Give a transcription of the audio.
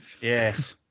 Yes